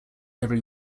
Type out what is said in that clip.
every